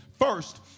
first